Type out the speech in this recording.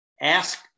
Ask